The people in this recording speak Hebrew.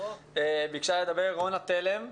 ביקשה לדבר רונה תלם,